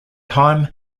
time